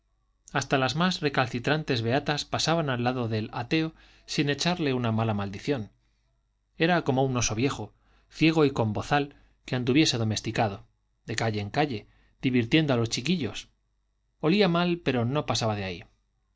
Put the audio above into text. hasta las más recalcitrantes beatas pasaban al lado del ateo sin echarle una mala maldición era como un oso viejo ciego y con bozal que anduviese domesticado de calle en calle divirtiendo a los chiquillos olía mal pero no pasaba de ahí